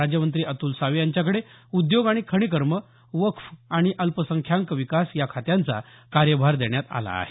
राज्यमंत्री अतुल सावे यांच्याकडे उद्योग आणि खनिकर्म वक्फ आणि अल्पसंख्याक विकास या खात्यांचा कार्यभार देण्यात आला आहे